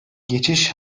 geçiş